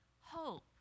Hope